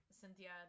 cynthia